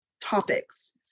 topics